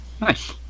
Nice